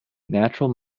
natural